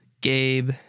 Gabe